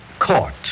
court